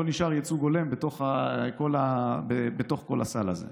לא נשאר ייצוג הולם בתוך כל הסל הזה.